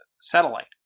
satellite